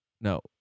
no